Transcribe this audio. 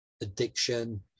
addiction